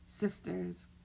sisters